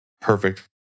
perfect